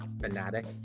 fanatic